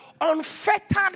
Unfettered